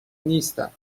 نیستم